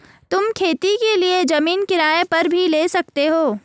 तुम खेती के लिए जमीन किराए पर भी ले सकते हो